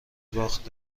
باخت